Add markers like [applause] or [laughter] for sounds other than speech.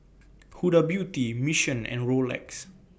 [noise] Huda Beauty Mission and Rolex